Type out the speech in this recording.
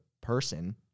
person